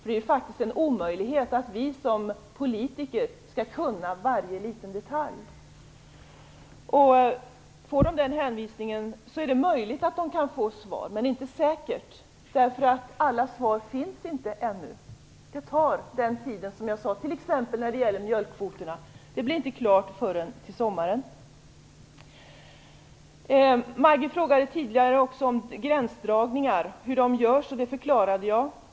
Det är faktiskt omöjligt för oss som politiker att kunna varje liten detalj. Om dessa människor får den här hänvisningen är det möjligt att de får svar, men det är inte säkert. Alla svar finns nämligen inte ännu. Det tar, som jag sade, tid t.ex. när det gäller mjölkkvoterna. Det blir inte klart förrän till sommaren. Maggi Mikaelsson frågade tidigare om hur gränsdragningar görs. Det förklarade jag.